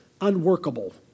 unworkable